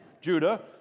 Judah